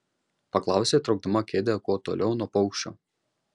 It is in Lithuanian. paklausė traukdama kėdę kuo toliau nuo paukščio